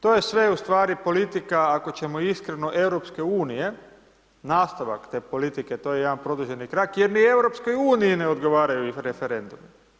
To je sve ustvari politika ako ćemo iskreno EU-a nastavak te politike, to je jedan produženi krak jer ni EU-u ne odgovaraju referendumi.